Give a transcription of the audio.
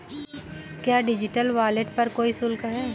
क्या digital wallet पर कोई शुल्क है?